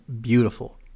beautiful